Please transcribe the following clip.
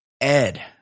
ed